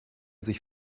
sich